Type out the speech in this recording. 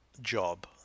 job